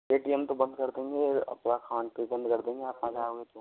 ए T M तो बंद कर देंगे आपका अकाउंट भी बंद कर देंगे आप आ जाओगे तो